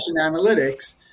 analytics